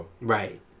right